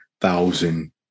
thousand